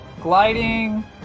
gliding